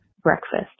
breakfast